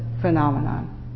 phenomenon